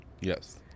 Yes